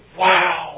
wow